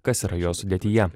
kas yra jo sudėtyje